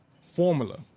Formula